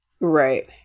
right